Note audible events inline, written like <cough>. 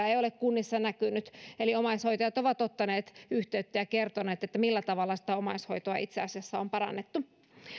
<unintelligible> ei ei ole kunnissa näkynyt eli omaishoitajat ovat ottaneet yhteyttä ja kertoneet millä tavalla sitä omaishoitoa itse asiassa on parannettu